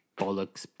bollocks